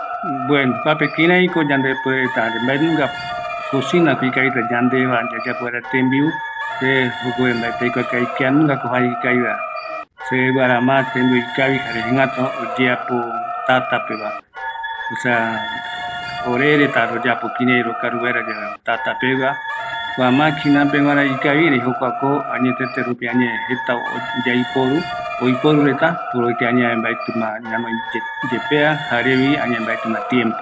﻿Bueno kuape kiraiko yande puereta jare mbaenunga kosinako ikavita yandeva yayapo vaera tembiu se jokope mbaeti aikua kavi kuanungako jae ikaviva, seve guara ma tembiu ikavi jare jare jëgätuva oyeapo tatapeva, esa ore retra royapo kirai rokaru vaera yave tatapegua, kua makina peguara ikavi erei jokuako añetete rupi añae jeta o yaiporu, o oiporu reta, porque añae mbaetima ñanoi ye yepea jarevi añae mbaetima tiempo